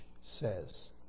says